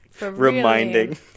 Reminding